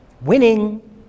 Winning